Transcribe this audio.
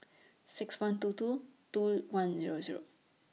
six one two two two one Zero Zero